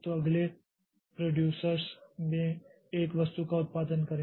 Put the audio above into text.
तो अगले प्रोड्यूसरस में एक वस्तु का उत्पादन करें